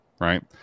right